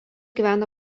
gyvena